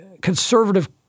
conservative